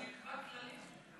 שיקבע כללים.